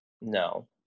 No